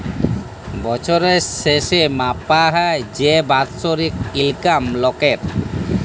বছরের শেসে মাপা হ্যয় যে বাৎসরিক ইলকাম লকের